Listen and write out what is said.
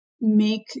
make